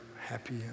happy